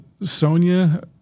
Sonia